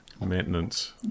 maintenance